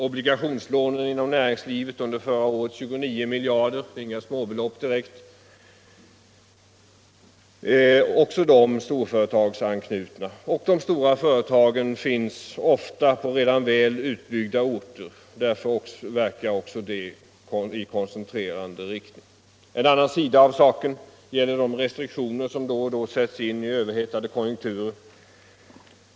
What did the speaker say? Obligationslånen inom näringslivet var under förra året, 29 miljarder, inga småbelopp direkt. Också de är storföretagsanknutna. De stora företagen finns ofta på redan väl utbyggda orter, därför verkar de också i koncentrerande riktning. En annan sida av saken gäller de restriktioner som då och då sätts in i överhettade konjunkturer.